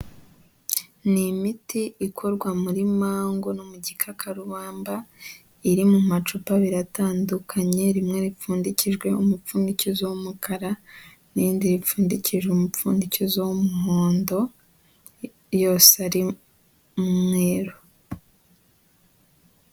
Ni imiti ikorwa muri mango no mu gikakarubamba iri mu macupa biratandukanye rimwe ripfundikijwe umupfundikizo w'umukara, n'indi ipfundikije umupfundikizo w'umuhondo, yose ari umwero.